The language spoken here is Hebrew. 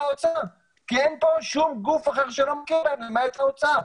האוצר כי אין כאן שום גוף אחר שלא מכיר בהם למעט האוצר.